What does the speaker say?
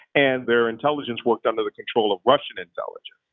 and their intelligence worked under the control of russian intelligence,